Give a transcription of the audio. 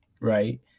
right